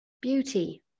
beauty